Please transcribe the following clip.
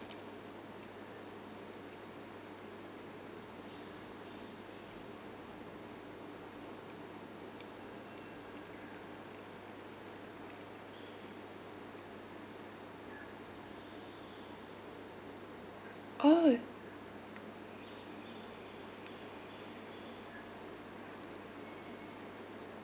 oh